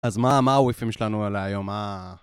אז מה, מה האוויפים שלנו להיום, מהה...